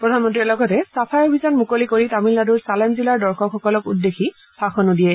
প্ৰধানমন্ত্ৰীয়ে লগতে চাফাই অভিায়ন মুকলি কৰি তামিলনাডুৰ ছালেম জিলাৰ দৰ্শকসকলক উদ্দেশ্যি ভাষণো দিয়ে